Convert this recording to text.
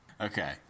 Okay